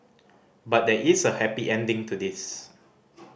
but there is a happy ending to this